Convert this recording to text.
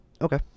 Okay